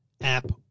app